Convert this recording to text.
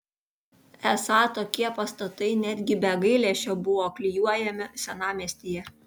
esą tokie pastatai netgi be gailesčio buvo klijuojami senamiestyje